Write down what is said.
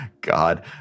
God